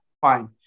Fine